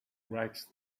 writes